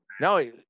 No